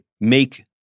make